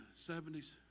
70s